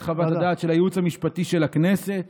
חוות הדעת של הייעוץ המשפטי של הכנסת,